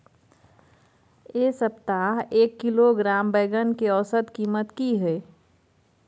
ऐ सप्ताह एक किलोग्राम बैंगन के औसत कीमत कि हय?